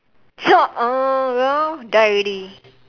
chop ah ya die already